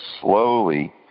slowly